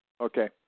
Okay